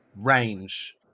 range